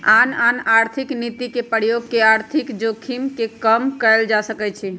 आन आन आर्थिक नीति के प्रयोग कऽ के आर्थिक जोखिम के कम कयल जा सकइ छइ